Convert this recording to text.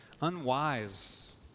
unwise